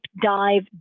dive